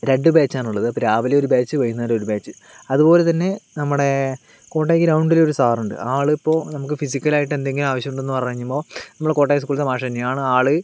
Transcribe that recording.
രണ്ട് ബാച്ചാണുള്ളത് അപ്പ രാവിലെ ഒരു ബാച്ച് വൈകുന്നേരം ഒരു ബാച്ച് അതുപോലെ തന്നെ നമ്മടെ കോട്ടയം ഗ്രൗണ്ടിൽ ഒരു സാറുണ്ട് ആ ആളിപ്പോൾ നമുക്ക് ഫിസിക്കലായിട്ട് എന്തെങ്കിലും ആവശ്യമുണ്ടെന്ന് പറയുമ്പോൾ നമ്മളെ കോട്ടയം സ്കൂളിലെ മാഷ് തന്നെയാണ് ആൾ